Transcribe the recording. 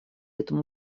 этому